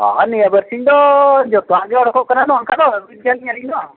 ᱦᱚᱸ ᱱᱤᱭᱟᱹ ᱵᱟᱨᱥᱤᱧ ᱫᱚ ᱡᱚᱛᱚᱣᱟᱜ ᱜᱮ ᱚᱰᱚᱠᱚᱜ ᱠᱟᱱᱟ ᱚᱱᱠᱟ ᱫᱚ ᱵᱟᱵᱤᱱ ᱧᱮᱞ ᱠᱤᱧᱟᱹ ᱟᱹᱞᱤᱧ ᱫᱚ